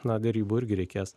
na derybų irgi reikės